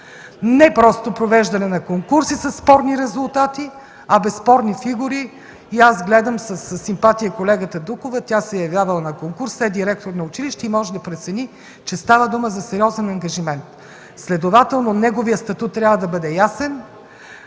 Не просто провеждане на конкурси със спорни резултати, а безспорни фигури. Аз гледам със симпатия колегата Дукова, тя се е явявала на конкурс, директор на училище е и може да прецени, че става дума за сериозен ангажимент. Следователно, неговият статут трябва да бъде ясен,